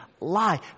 lie